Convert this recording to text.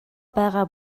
байгаа